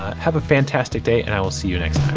have a fantastic day, and i will see you next